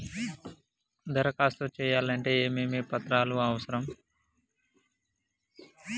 దరఖాస్తు చేయాలంటే ఏమేమి పత్రాలు అవసరం?